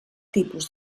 tipus